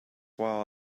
while